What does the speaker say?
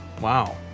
Wow